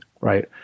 right